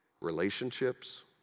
relationships